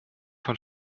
von